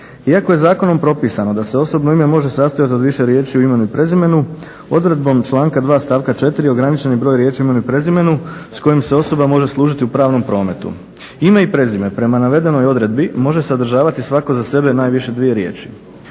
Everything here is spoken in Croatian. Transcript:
iako je zakonom propisano da se osobno ime može sastojati od više riječi u imenu i prezimenu odredbom članka 2. stavka 4. ograničeni broj riječi u imenu i prezimenu s kojim se osoba može služiti u pravnom prometu. Ime i prezime prema navedenoj odredbi može sadržavati svako za sebe najviše dvije riječi.